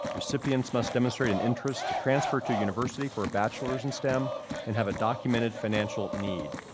recipients must demonstrate an interest to transfer to a university for a bachelor's in stem and have a documented financial need.